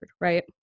right